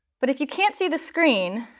but if you can't see the screen,